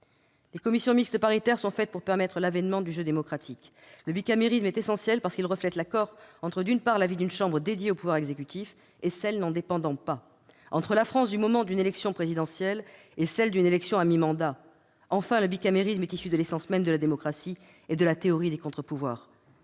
Les commissions mixtes paritaires ont pour objet de permettre l'avènement du jeu démocratique. Le bicamérisme est essentiel parce qu'il reflète l'accord entre l'avis d'une chambre dédiée au pouvoir exécutif et celui d'une chambre qui ne dépend pas de lui, entre la France du moment d'une élection présidentielle et celle d'une élection à mi-mandat. Enfin, le bicamérisme est issu de l'essence même de la démocratie et de la théorie des contre-pouvoirs.